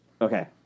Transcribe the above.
Okay